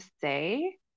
say